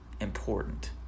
important